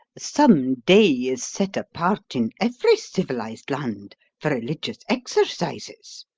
some day is set apart in every civilised land for religious exercises.